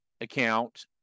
account